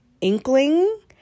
inkling